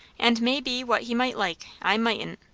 and may be what he might like, i mightn't.